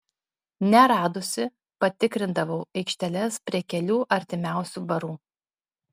neradusi patikrindavau aikšteles prie kelių artimiausių barų